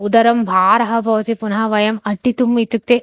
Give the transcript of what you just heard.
उदरे भारः भवति पुनः वयम् अटितुम् इत्युक्ते